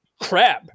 crab